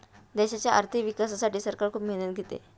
देशाच्या आर्थिक विकासासाठी सरकार खूप मेहनत घेते